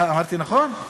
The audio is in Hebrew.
אמרתי נכון?